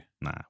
Nah